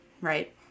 right